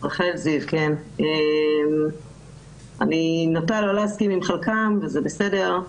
אני נוטה לא להסכים עם חלקם, וזה בסדר.